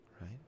right